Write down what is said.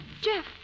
Jeff